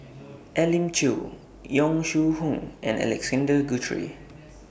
Elim Chew Yong Shu Hoong and Alexander Guthrie